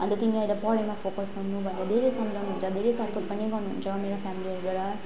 अन्त तिमी अहिले पढाइमा फोकस गर्नु भनेर धेरै सम्झाउनु हुन्छ धेरै सपोर्ट पनि गर्नुहुन्छ मेरो फेमिलीहरूबाट